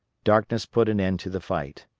darkness put an end to the fight.